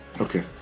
Okay